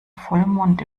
vollmond